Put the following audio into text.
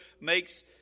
makes